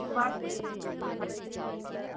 उसके बाद